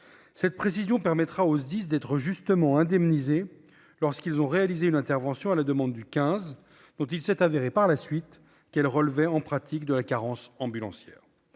Cette précision permettra aux SDIS d'être justement indemnisés lorsqu'ils ont réalisé une intervention à la demande du 15 dont il s'est avéré, par la suite, qu'elle relevait en pratique de la carence ambulancière.